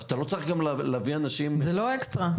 אתה לא צריך גם להביא אנשים --- זה לא אקסטרה.